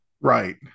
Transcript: Right